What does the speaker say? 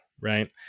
Right